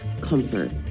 comfort